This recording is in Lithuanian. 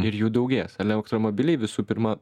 ir jų daugės elektromobiliai visų pirma